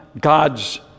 God's